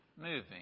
moving